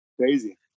Crazy